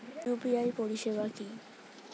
UPI পরিষেবা কি?